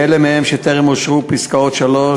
באלה מהם שטרם אושרו, פסקאות (3),